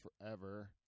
forever